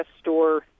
store